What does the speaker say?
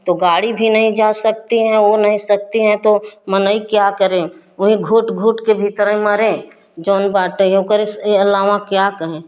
तो गाड़ी भी नहीं जा सकती है वह नहीं सकती है तो मनेइ क्या करें वहीं घुट घुट के भीतरे मरें जौन बाटे यहूँ करेस ए आलावाँ क्या कहें